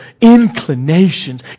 inclinations